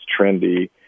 trendy